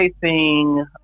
facing